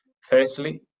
Firstly